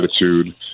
attitude